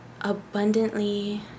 abundantly